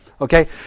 Okay